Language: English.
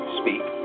speak